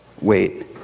Wait